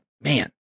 man